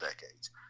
decades